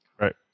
right